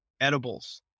edibles